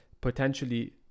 potentially